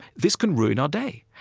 this can ruin our day.